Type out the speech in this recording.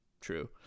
True